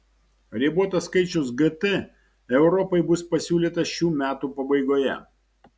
ribotas skaičius gt europai bus pasiūlytas šių metų pabaigoje